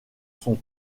sont